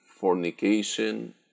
fornication